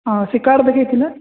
ହଁ ସେ କାର୍ଡ଼୍ ଦେଖେଇ ଥିଲେ